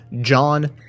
John